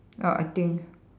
uh I think